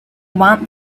want